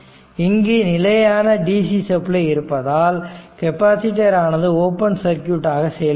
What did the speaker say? இங்கு நிலையான dc supply இருப்பதால் கெப்பாசிட்டர் ஆனது ஓபன் சர்க்யூட் ஆக செயல்படுகிறது